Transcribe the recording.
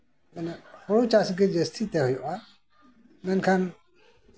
ᱦᱩᱲᱩ ᱪᱟᱥᱜᱮ ᱡᱟᱹᱥᱛᱤ ᱛᱮ ᱦᱩᱭᱩᱜᱼᱟ ᱢᱮᱱᱠᱷᱟᱱ